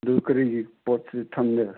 ꯑꯗꯨ ꯀꯔꯤꯒꯤ ꯄꯣꯠ ꯆꯩ ꯊꯝꯂꯦ